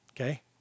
Okay